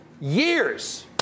years